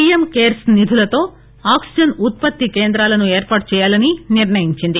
PM cares నిధులతో oxygen ఉత్పత్తి కేంద్రాలను ఏర్పాటు చేయాలని నిర్ణయించింది